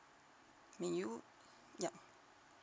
may you yup